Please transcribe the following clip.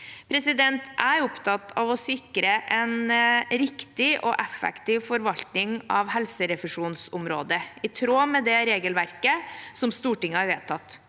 Jeg er opptatt av å sikre en riktig og effektiv forvaltning av helserefusjonsområdet, i tråd med det regelverket som Stortinget har vedtatt.